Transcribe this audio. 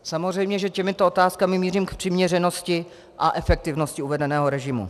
Samozřejmě že těmito otázkami mířím k přiměřenosti a efektivnosti uvedeného režimu.